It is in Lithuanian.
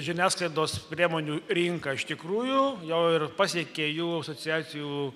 žiniasklaidos priemonių rinką iš tikrųjų jau ir pasiekė jų asociacijų